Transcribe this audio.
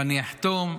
ואני אחתום,